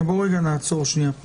נעצור פה.